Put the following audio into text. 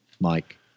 Mike